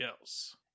else